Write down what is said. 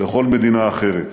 לכל מדינה אחרת.